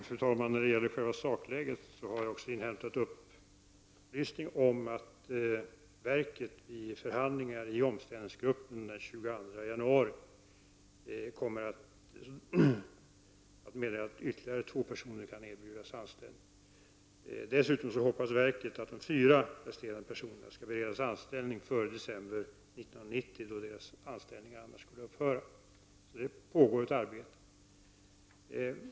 Fru talman! När det gäller sakläget har jag inhämtat upplysning om att verket efter förhandlingarna i omställningsgruppen den 22 januari meddelat att ytterligare två personer kan erbjudas anställning. Dessutom hoppas verket att de fyra resterande personerna kan beredas anställning före december 1990, då deras anställningar annars skulle upphöra. Så det pågår ett arbete.